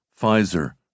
Pfizer